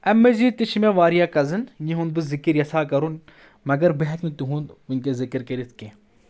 امہِ مٔزیٖد تہِ چھِ مےٚ واریاہ قَزٕن یِہُنٛد بہٕ ذِکِر یَژھا کرُن مگر بہٕ ہؠکہٕ نہٕ تِہُنٛد وٕنکیٚس ذِکِر کٔرِتھ کینٛہہ